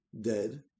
dead